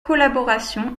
collaboration